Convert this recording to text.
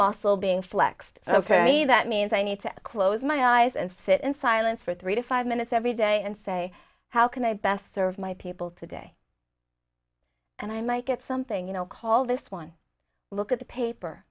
muscle being flexed ok that means i need to close my eyes and sit in silence for three to five minutes every day and say how can i best serve my people today and i might get something you know call this one look at the paper